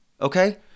okay